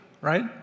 right